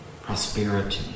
prosperity